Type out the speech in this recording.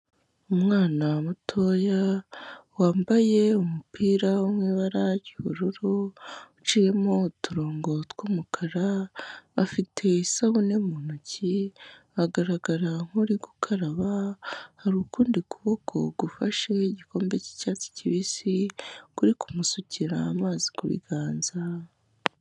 Umwana mutoya wambaye umupira wo mu ibara ry'ubururu, uciyemo uturongo tw'umukara, afite isabune mu ntoki, agaragara nk'uri gukaraba, hari ukundi kuboko gufashe igikombe cy'icyatsi kibisi, kuri ku musukira amazi ku biganza.